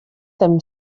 them